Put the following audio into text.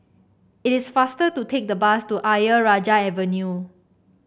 it is faster to take the bus to Ayer Rajah Avenue